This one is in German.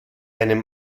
einem